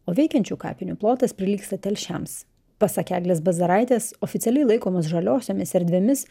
o veikiančių kapinių plotas prilygsta telšiams pasak eglės bazaraitės oficialiai laikomos žaliosiomis erdvėmis